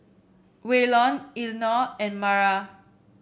Waylon Elinor and Mara